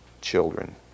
children